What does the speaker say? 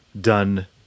done